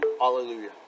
Hallelujah